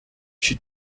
she